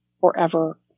forever